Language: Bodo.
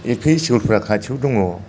एल पि स्कुलफ्रा खाथियाव दङ